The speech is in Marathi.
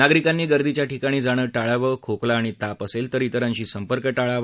नागरिकांनी गर्दीच्या ठिकाणी जाणं टाळावं खोकला आणि ताप असेल तर इतरांशी संपर्क टाळावा